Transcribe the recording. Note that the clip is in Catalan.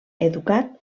educat